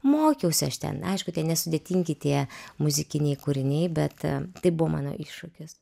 mokiausi aš ten aišku tie nesudėtingi tie muzikiniai kūriniai bet tai buvo mano iššūkis